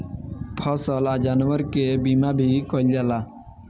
फसल आ जानवर के बीमा भी कईल जाला